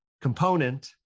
component